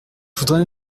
voudrais